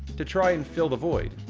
to try and fill the void.